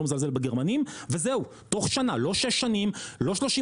אני לא מזלזל בגרמנים,